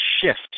shift